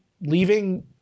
leaving